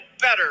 better